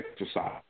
exercise